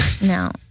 Now